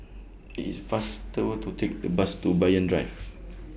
IT IS faster to Take The Bus to Banyan Drive